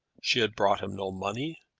she had brought him no money.